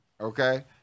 okay